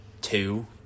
two